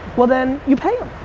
well then you pay him.